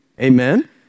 Amen